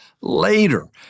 later